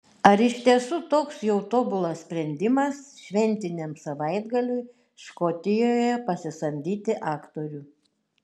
ar iš tiesų toks jau tobulas sprendimas šventiniam savaitgaliui škotijoje pasisamdyti aktorių